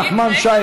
נחמן שי,